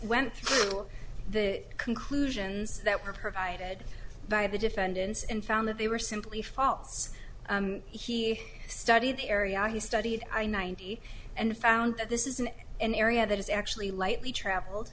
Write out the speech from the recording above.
went through the conclusions that were provided by the defendants and found that they were simply false he studied the area he studied i ninety and found that this is an area that is actually lightly traveled